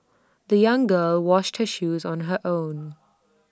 the young girl washed her shoes on her own